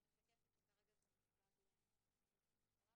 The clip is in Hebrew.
אני מבינה ומשקפת שכרגע זה מנוגד לעמדת הממשלה.